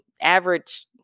average